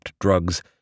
drugs